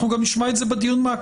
אנחנו גם נשמע את זה בדיון מעקב.